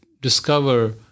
discover